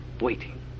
waiting